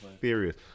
serious